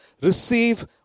receive